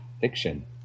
fiction